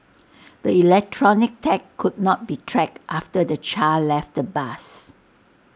the electronic tag could not be tracked after the child left the bus